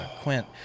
Quint